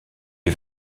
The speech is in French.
les